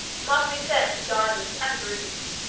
must be set with diamonds and rubies.